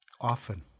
often